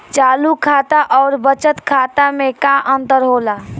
चालू खाता अउर बचत खाता मे का अंतर होला?